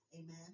Amen